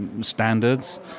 standards